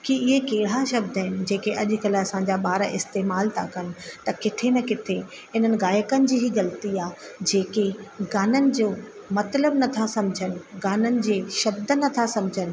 की इहे कहिड़ा शब्द आहिनि जेके अॼुकल्ह असांजा ॿार इस्तेमाल था कनि त किथे न किथे हिननि गाइकनि जी ई ग़लती आ्हे जेके गाननि जो मतिलब नथा सम्झनि गाननि जे शब्द नथा सम्झनि